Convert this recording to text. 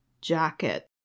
jacket